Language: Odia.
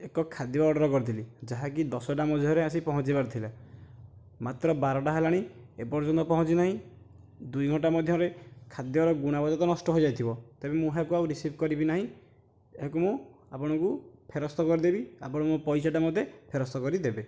ଏକ ଖାଦ୍ୟ ଅର୍ଡ଼ର କରିଥିଲି ଯାହାକି ଦଶଟା ମଧ୍ୟରେ ଆସି ପହଞ୍ଚିବାର ଥିଲା ମାତ୍ର ବାରଟା ହେଲାଣି ଏ ପର୍ଯ୍ୟନ୍ତ ପହଞ୍ଚିନାହିଁ ଦୁଇଘଣ୍ଟା ମଧ୍ୟରେ ଖାଦ୍ୟର ଗୁଣବତ୍ତା ତ ନଷ୍ଟ ହୋଇଯାଇଥିବ ତେବେ ମୁଁ ଏହାକୁ ରିସିଭ୍ କରିବି ନାହିଁ ଏହାକୁ ମୁଁ ଆପଣଙ୍କୁ ଫେରସ୍ତ କରିଦେବି ଆପଣ ମୋ ପଇସାଟା ମୋତେ ଫେରସ୍ତ କରିଦେବେ